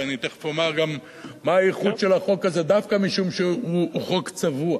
ואני תיכף אומר גם מה הייחוד של החוק הזה דווקא משום שהוא חוק צבוע.